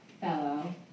fellow